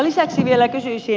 lisäksi vielä kysyisin